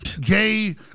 gay